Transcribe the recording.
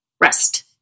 rest